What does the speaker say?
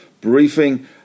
briefing